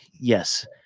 yes